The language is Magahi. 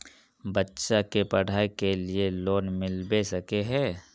बच्चा के पढाई के लिए लोन मिलबे सके है?